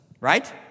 right